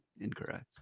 incorrect